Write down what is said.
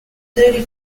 thirty